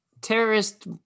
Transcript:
terrorist